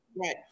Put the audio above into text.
Right